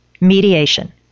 Mediation